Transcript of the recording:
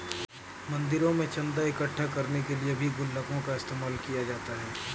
मंदिरों में चन्दा इकट्ठा करने के लिए भी गुल्लकों का इस्तेमाल किया जाता है